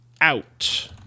out